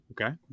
Okay